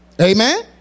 Amen